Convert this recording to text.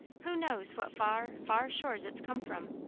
who knows what far, far shores it's come from?